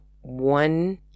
one